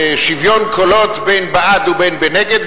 שוויון קולות בין בעד ובין נגד,